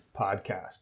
Podcast